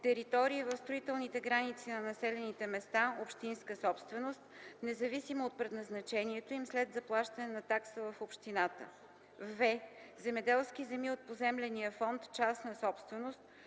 територии в строителните граници на населените места – общинска собственост, независимо от предназначението им, след заплащане на такса в общината; в) земеделски земи от поземления фонд – частна собственост,